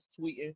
tweeting